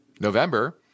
November